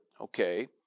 okay